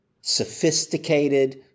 sophisticated